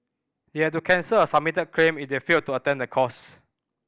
they had to cancel a submitted claim if they failed to attend the course